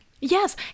Yes